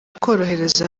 korohereza